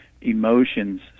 emotions